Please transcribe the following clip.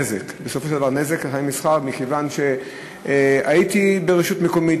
מכיוון שהייתי ברשות מקומית,